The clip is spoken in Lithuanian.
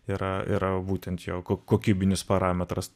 yra yra būtent jau kokybinis parametras